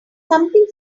something